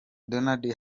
donald